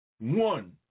One